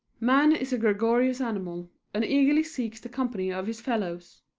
man is a gregarious animal, and eagerly seeks the company of his fellows.